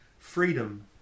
freedom